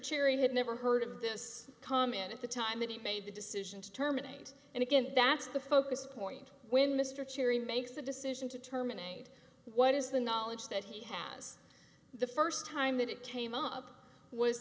cherry had never heard of this come in at the time that he made the decision to terminate and it didn't that's the focus point when mr cherry makes the decision to terminate what is the knowledge that he has the first time that it came up was